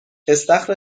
استخر